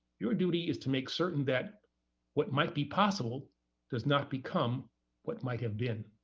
your duty is to make certain that what might be possible does not become what might have been.